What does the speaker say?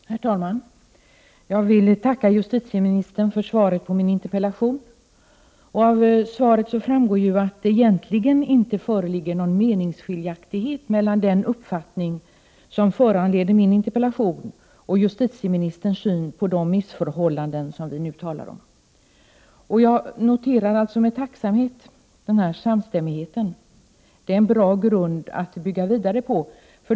I Herr talman! Jag vill tacka justitieministern för svaret på min interpella | tion. Av svaret framgår att det egentligen inte föreligger någon skiljaktighet mellan den uppfattning som föranlett min interpellation och justitieminis | terns syn på de missförhållanden vi talar om. Jag noterar med tacksamhet denna samstämmighet. Det är en bra grund att bygga vidare på.